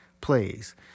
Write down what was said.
plays